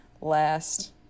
last